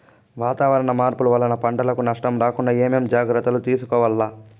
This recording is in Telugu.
వాతావరణ మార్పులు వలన పంటలకు నష్టం రాకుండా ఏమేం జాగ్రత్తలు తీసుకోవల్ల?